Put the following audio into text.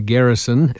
Garrison